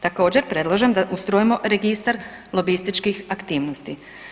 Također predlažem da ustrojimo registar lobističkih aktivnosti.